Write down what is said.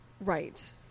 Right